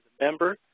member